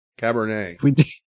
Cabernet